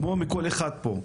כמו מכל אחד פה,